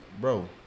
Bro